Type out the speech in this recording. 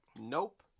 Nope